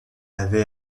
avait